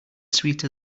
sweeter